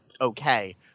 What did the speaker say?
okay